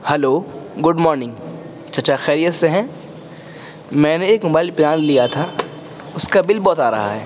hello good morning چچا خیریت سے ہیں میں نے ایک موبائل پلان لیا تھا اس کا بل بہت آ رہا ہے